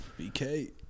BK